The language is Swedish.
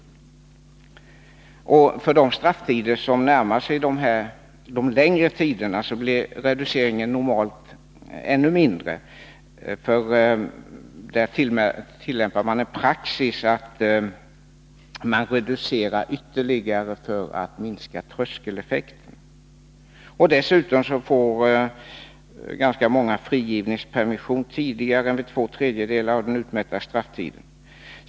För dem som har strafftider som närmar sig de längre tiderna blir reduceringen normalt ännu mindre, då man där tillämpar en praxis som innebär att vederbörande får ytterligare reducering för att minska tröskeleffekten. Dessutom får ganska många frigivningspermission tidigare än vid två tredjedelar av den utmätta strafftiden.